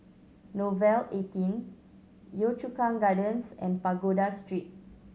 Nouvel eighteen Yio Chu Kang Gardens and Pagoda Street